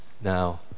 now